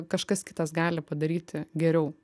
kažkas kitas gali padaryti geriau